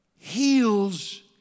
heals